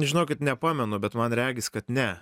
žinokit nepamenu bet man regis kad ne